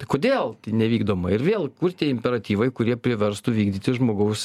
tai kodėl tai nevykdoma ir vėl kur tie imperatyvai kurie priverstų vykdyti žmogaus